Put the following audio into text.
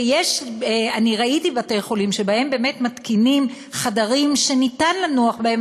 אני ראיתי בתי-חולים שבהם באמת מתקינים חדרים שניתן לנוח בהם,